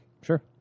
Sure